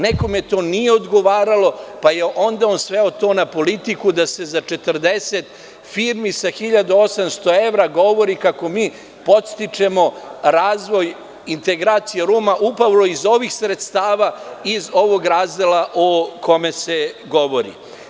Nekome to nije odgovaralo pa je onda to sveo na politiku da se za 40 firmi sa 1800 evra govori kako mi podstičemo razvoj integracije Roma upravo iz ovih sredstava iz ovog razdela o kome se govori.